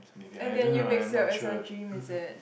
and then you mix it up as your dream is it